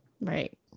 Right